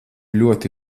ļoti